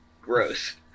Gross